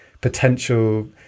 potential